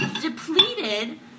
depleted